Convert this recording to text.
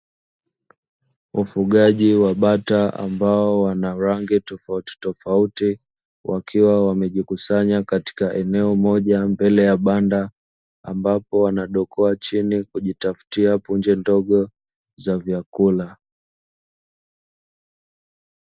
Wafugaji wa bata amabao wana rangi tofautitofauti wakiwa wamejikusanya katika eneo moja, mbele ya banda ambapo wanadokoa chini ili kujitafutia punje ndogo za vyakula